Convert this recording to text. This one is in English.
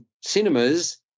cinemas